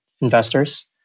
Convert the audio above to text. investors